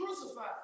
crucified